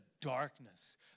darkness